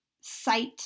sight